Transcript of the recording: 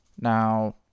Now